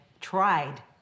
tried